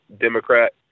Democrat